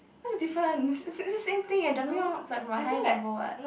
what's the difference is a is a same thing eh jumping off like from a high level what